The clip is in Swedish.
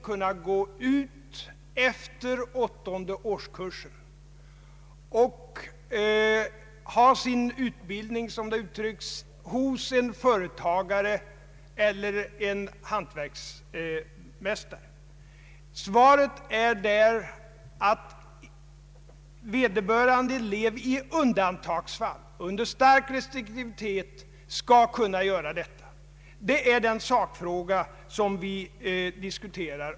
Om herr Wallmark håller reda på sig så lovar jag att hålla reda på mig.